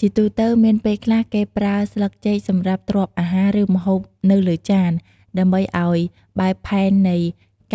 ជាទូទៅមានពេលខ្លះគេប្រើស្លឹកចេកសម្រាប់ទ្រាប់អាហារ ឬម្ហូបនៅលើចាន ដើម្បីអោយបែបផែននៃ